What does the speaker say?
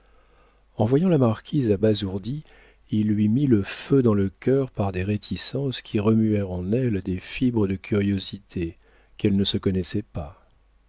en voyant la marquise abasourdie il lui mit le feu dans le cœur par des réticences qui remuèrent en elle des fibres de curiosité qu'elle ne se connaissait pas